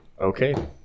okay